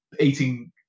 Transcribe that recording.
eating